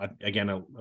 again